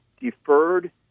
deferred